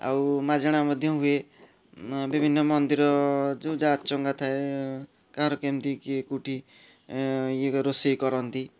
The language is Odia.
ଆଉ ମାଝେଣା ମଧ୍ୟ ହୁଏ ବିଭିନ୍ନ ମନ୍ଦିର ଯେଉଁ ଯାଚଙ୍ଗା ଥାଏ କାହାର କେମିତି କିଏ କେଉଁଠି ଇଏ କ ରୋଷେଇ କରନ୍ତି